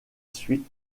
suite